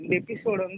episode